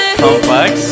complex